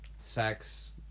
sex